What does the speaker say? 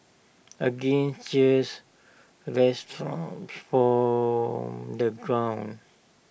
again cheers resounded from the crowd